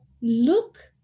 look